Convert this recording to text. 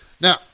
Now